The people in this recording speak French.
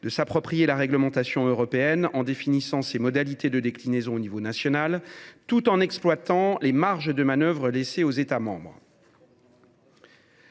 de nous approprier la réglementation européenne en précisant ses modalités de déclinaison au niveau national, tout en exploitant les marges de manœuvre laissées aux États membres.